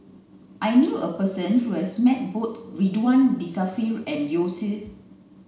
I knew a person who has met both Ridzwan Dzafir and Yao Zi